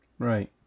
Right